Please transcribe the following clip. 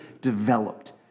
developed